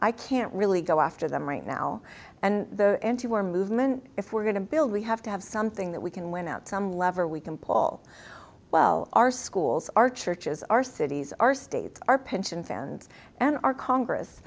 i can't really go after them right now and the antiwar movement if we're going to build we have to have something that we can win out some lever we can paul well our schools our churches our cities our states our pension fans and our congress